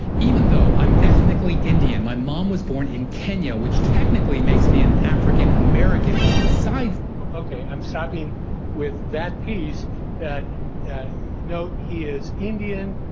even though, i'm ethnically indian, my mom was born in kenya which technically makes me an african american. besides, okay i'm stopping with that piece that note he is indian,